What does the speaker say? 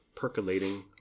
percolating